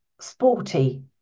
sporty